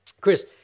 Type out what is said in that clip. Chris